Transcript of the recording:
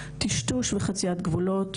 טישטוש וחציית גבולות,